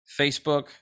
Facebook